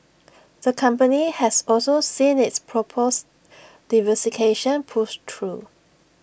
the company has also seen its proposed diversification pushed through